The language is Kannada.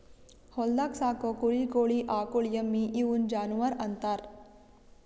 ಹೊಲ್ದಾಗ್ ಸಾಕೋ ಕುರಿ ಕೋಳಿ ಆಕುಳ್ ಎಮ್ಮಿ ಇವುನ್ ಜಾನುವರ್ ಅಂತಾರ್